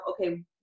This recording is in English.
okay